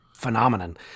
phenomenon